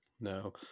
No